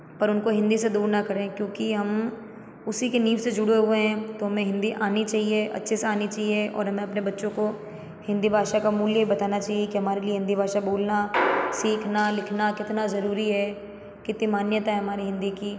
पर उनको हिंदी से दूर न करें क्योंकि हम उसी की नींव से जुड़े हुए हैं तो हमें हिंदी आनी चाहिए अच्छे से आनी चाहिए और हमें अपने बच्चों को हिंदी भाषा का मूल्य बताना चाहिए कि हमारे लिए हिंदी भाषा बोलना सीखना लिखना कितना ज़रूरी है कितनी मान्यता है हमारी हिंदी की